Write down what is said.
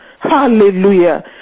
Hallelujah